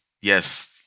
Yes